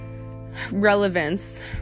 relevance